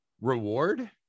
reward